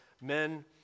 men